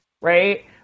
Right